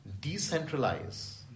decentralize